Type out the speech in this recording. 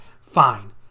Fine